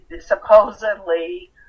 supposedly